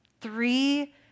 Three